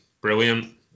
brilliant